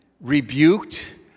rebuked